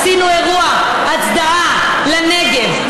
עשינו אירוע הצדעה לנגב,